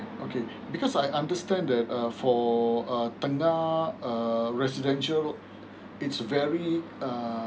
okay because I understand that uh for err tengah err residential it's very uh